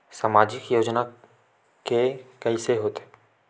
सामाजिक योजना के कइसे होथे?